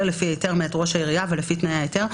אלא לפי היתר מאת ראש העירייה ולפי תנאי ההיתר".